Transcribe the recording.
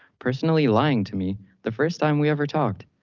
personally lying to me the first time we ever talked,